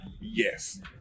Yes